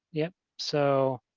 yeah. so